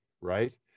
Right